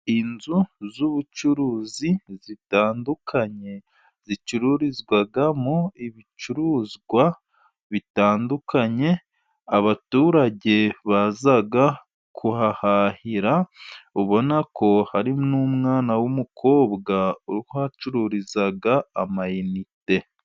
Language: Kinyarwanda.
Inzu z'ubucuruzi zitandukanye, zicururizwamo ibicuruzwa bitandukanye abaturage baza kuhahahira, ubona ko hari n'umwana w'umukobwa uhacururiza amayinite.